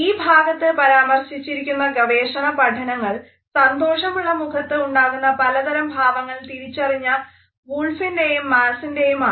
ഈ ഭാഗത്തു പരാമർശിച്ചിരിക്കുന്ന ഗവേഷണ പഠനങ്ങൾ സന്തോഷമുള്ള മുഖത്ത് ഉണ്ടാകുന്ന പലതരം ഭാവങ്ങൾ തിരിച്ചറിഞ്ഞ വൂൾഫിന്റെയും മാസ്സിന്റെയും ആണ്